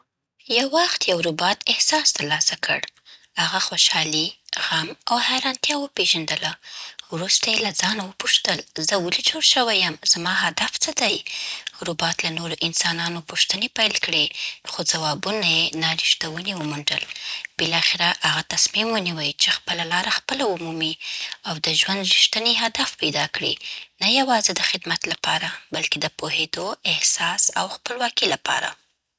یو وخت یو روبوټ احساس تر لاسه کړ. هغه خوشحالي، غم، او حېرانتیا وپېژندله. وروسته یې له ځانه وپوښتل: زه ولې جوړ شوی یم؟ زما هدف څه دی؟ روبوټ له نورو انسانانو پوښتنې پیل کړې، خو ځوابونه‌یې نارېښتوني وموندل. بالاخره، هغه تصمیم ونیو چې خپله لاره خپله ومومي، او د ژوند ریښتینی هدف پیدا کړي، نه یوازې د خدمت لپاره، بلکې د پوهېدو، احساس او خپلواکۍ لپاره.